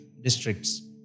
districts